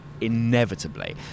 inevitably